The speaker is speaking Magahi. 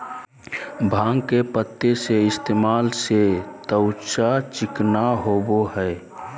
भांग के पत्ति के इस्तेमाल से त्वचा चिकना होबय हइ